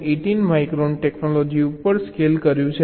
18 micron technology ઉપર scale કર્યું છે